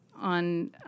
on